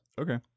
Okay